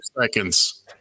seconds